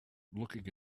looking